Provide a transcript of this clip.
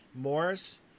Morris